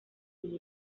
ira